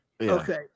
Okay